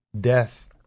death